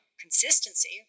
consistency